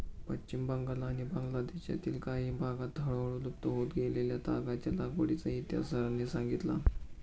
पश्चिम बंगाल आणि बांगलादेशातील काही भागांत हळूहळू लुप्त होत गेलेल्या तागाच्या लागवडीचा इतिहास सरांनी सांगितला